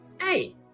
Hey